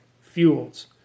fuels